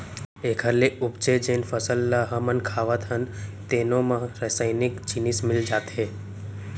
एखर ले उपजे जेन फसल ल हमन खावत हन तेनो म रसइनिक जिनिस मिल जाथे